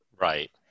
right